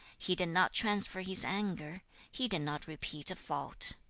he did not transfer his anger he did not repeat a fault.